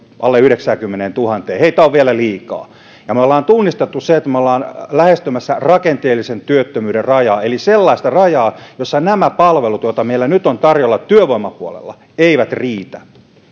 alle yhdeksäänkymmeneentuhanteen heitä on vielä liikaa ja me olemme tunnistaneet sen että me olemme lähestymässä rakenteellisen työttömyyden rajaa eli sellaista rajaa että nämä palvelut joita meillä nyt on tarjolla työvoimapuolella eivät riitä